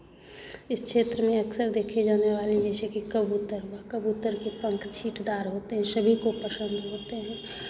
इस क्षेत्र में अक्सर देखे जाने वाले जैसे कि कबूतर हुआ कबूतर के पंख छींटदार होते हैं सभी को पसंद होते हैं